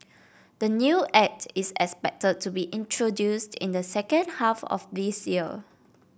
the new Act is expected to be introduced in the second half of this year